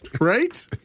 Right